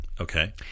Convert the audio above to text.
Okay